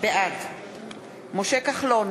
בעד משה כחלון,